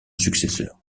successeur